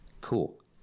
cool